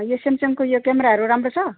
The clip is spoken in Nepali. यो सेमसङ्गको यो क्यामराहरू राम्रो छ